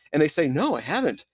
and they say, no, i haven't.